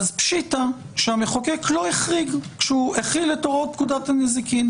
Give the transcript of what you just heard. אז פשיטא שהמחוקק לא החריג כשהחיל את הוראות פקודת הנזיקין.